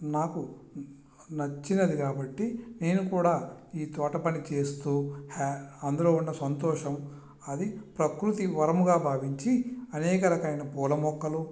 నాకు నచ్చినది కాబట్టి నేను కూడా ఈ తోట పని చేస్తూ అందులో ఉన్న సంతోషం అది ప్రకృతి వరముగా భావించి అనేక రకాలైన పూలమొక్కలు